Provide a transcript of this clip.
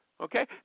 Okay